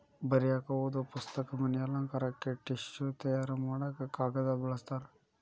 ಬರಿಯಾಕ ಓದು ಪುಸ್ತಕ, ಮನಿ ಅಲಂಕಾರಕ್ಕ ಟಿಷ್ಯು ತಯಾರ ಮಾಡಾಕ ಕಾಗದಾ ಬಳಸ್ತಾರ